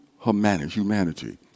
humanity